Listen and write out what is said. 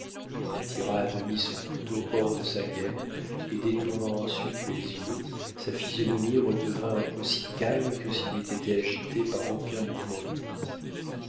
il tira à demi son couteau hors de sa gaine et détournant ensuite les yeux sa physionomie redevint aussi calme que s'il n'eût été agité par aucun mouvement de courroux